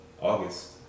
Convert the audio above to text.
August